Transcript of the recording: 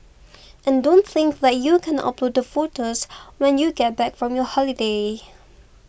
and don't think that you can upload the photos when you get back from your holiday